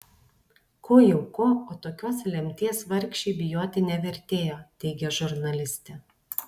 ko jau ko o tokios lemties vargšei bijoti nevertėjo teigia žurnalistė